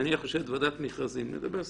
נניח יושבת ועדת מכרזים ויש